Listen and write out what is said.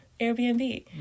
Airbnb